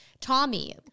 Tommy